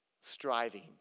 Striving